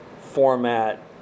format